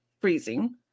freezing